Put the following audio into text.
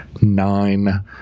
nine